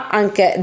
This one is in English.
anche